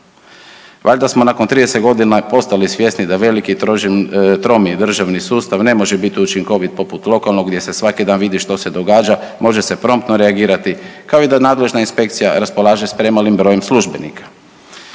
Valjda smo nakon 30 godina postali svjesni da veliki i tromi državni sustav ne može biti učinkovit poput lokalnog gdje se svaki dan vidi što se događa, može se promptno reagirati, kao i da nadležna inspekcija raspolaže s premalim brojem službenika.